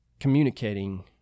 Communicating